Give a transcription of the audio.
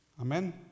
Amen